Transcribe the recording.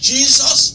Jesus